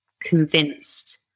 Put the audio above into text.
convinced